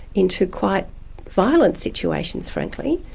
into quite violent situations frankly,